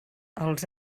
els